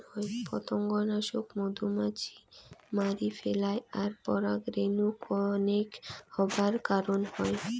পতঙ্গনাশক মধুমাছি মারি ফেলায় আর পরাগরেণু কনেক হবার কারণ হই